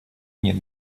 нет